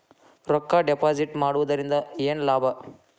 ರೊಕ್ಕ ಡಿಪಾಸಿಟ್ ಮಾಡುವುದರಿಂದ ಏನ್ ಲಾಭ?